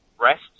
rest